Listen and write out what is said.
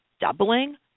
doubling